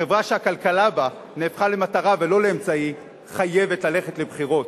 חברה שהכלכלה בה נהפכה למטרה ולא לאמצעי חייבת ללכת לבחירות,